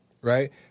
right